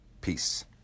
Peace